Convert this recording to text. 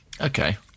Okay